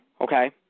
okay